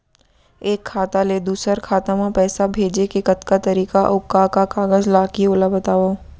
एक खाता ले दूसर खाता मा पइसा भेजे के कतका तरीका अऊ का का कागज लागही ओला बतावव?